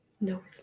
no